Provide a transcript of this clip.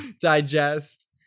Digest